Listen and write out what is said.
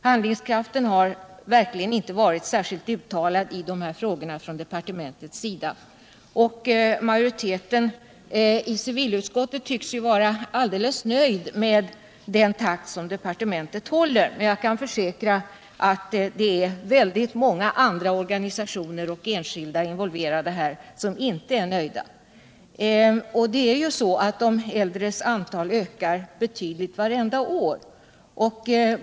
Handlingskraften i departementet har verkligen inte varit särskilt uttalad i dessa frågor. Majoriteten i civilutskottet tycks vara alldeles nöjd med den takt som departementet håller. Men jag kan försäkra att det är många andra — organisationer och enskilda — som inte är nöjda. De äldres antal ökar betydligt vartenda år.